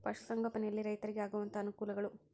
ಪಶುಸಂಗೋಪನೆಯಲ್ಲಿ ರೈತರಿಗೆ ಆಗುವಂತಹ ಅನುಕೂಲಗಳು?